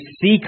seek